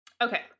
Okay